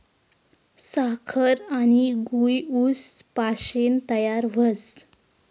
साखर आनी गूय ऊस पाशीन तयार व्हस